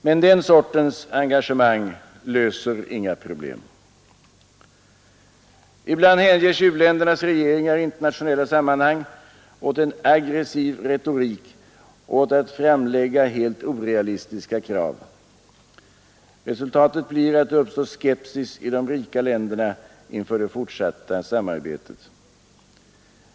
Men den sortens engagemang löser inga problem. Ibland hängiver sig u-ländernas regeringar i internationella sammanhang åt en aggressiv retorik och åt att framlägga helt orealistiska krav. Resultatet blir att det uppstår skepsis i de rika länderna inför det fortsatta samarbetet.